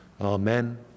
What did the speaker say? Amen